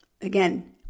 again